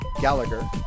Gallagher